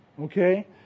Okay